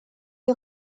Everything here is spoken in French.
est